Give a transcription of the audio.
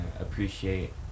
appreciate